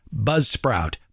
Buzzsprout